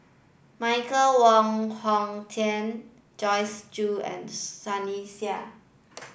Michael Wong Hong Teng Joyce Jue and Sunny Sia